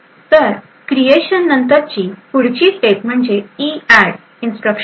तर क्रिएशन नंतर पुढची स्टेप म्हणजे इऍड इन्स्ट्रक्शन